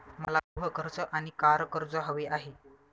मला गृह कर्ज आणि कार कर्ज हवे आहे